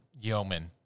Yeoman